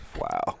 Wow